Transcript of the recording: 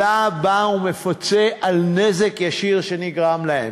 אלא בא ומפצה על נזק ישיר שנגרם להם.